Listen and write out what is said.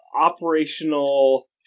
operational